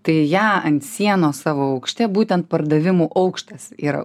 tai ją ant sienos savo aukšte būtent pardavimų aukštas yra